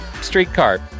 streetcar